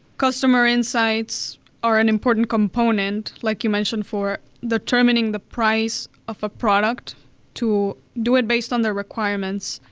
customer insights are an important component, like you mentioned, for determining the price of a product to do it based on their requirements,